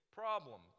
problem